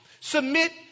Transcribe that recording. submit